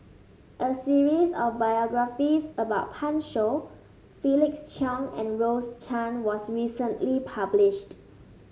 a series of biographies about Pan Shou Felix Cheong and Rose Chan was recently published